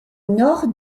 nord